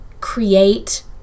create